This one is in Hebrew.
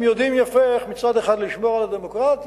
הם יודעים יפה איך מצד אחד לשמור על הדמוקרטיה,